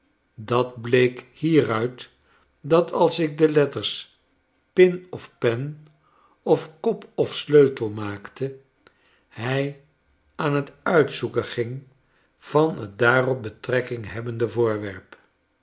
dat bleek hieruit dat als ik de letters pin of pen of kop of sleutel maakte hij aan t uitzoeken ging van t daarop betrekking hebbende voorwerp